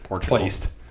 Placed